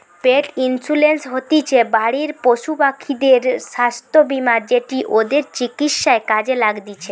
পেট insurance হতিছে বাড়ির পশুপাখিদের স্বাস্থ্য বীমা যেটি ওদের চিকিৎসায় কাজে লাগতিছে